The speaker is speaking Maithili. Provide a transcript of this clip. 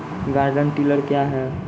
गार्डन टिलर क्या हैं?